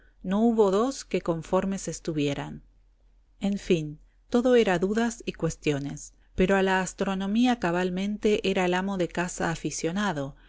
no hubo dos que conformes estuvieran en fin todo era dudas y cuestiones pero a la astronomía cabalmente era el amo de casa aficionado